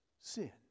sin